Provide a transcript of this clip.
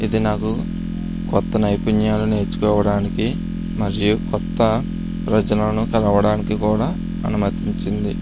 ఇది నాకు క్రొత్త నైపుణ్యాలు నేర్చుకోవడానికి మరియు క్రొత్త ప్రజలను కలవడానికి కూడా అనుమతించింది